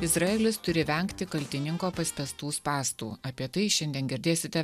izraelis turi vengti kaltininko paspęstų spąstų apie tai šiandien girdėsite